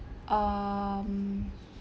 um